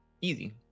Easy